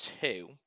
two